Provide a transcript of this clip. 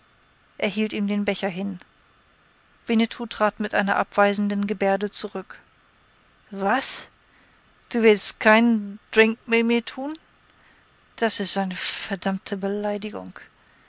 hielt ihm den becher hin winnetou trat mit einer abweisenden gebärde zurück was du willst keinen drink mit mir tun das ist eine verdammte beleidigung